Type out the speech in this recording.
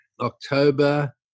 October